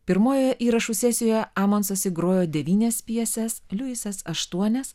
pirmojoje įrašų sesijoje amonsas įgrojo devynias pjeses liuisas aštuonias